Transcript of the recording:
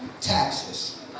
taxes